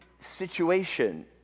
situation